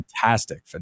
Fantastic